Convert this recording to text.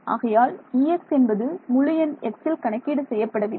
ஆகையால் E x என்பது முழு எண் xல் கணக்கீடு செய்யப்படவில்லை